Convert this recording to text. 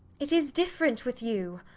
it is different with you.